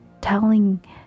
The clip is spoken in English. telling